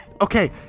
okay